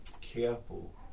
careful